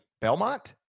Belmont